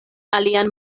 alian